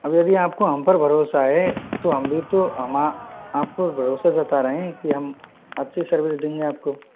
अब यदि आपको हम पर भरोसा है तो हम भी तो हमा आप पर भरोसा जता रहे हैं कि हम अच्छी सर्विस देंगे आपको